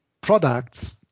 products